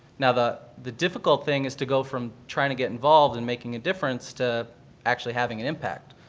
now, the the difficult thing is to go from trying to get involved and making a difference to actually having an impact.